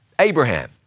Abraham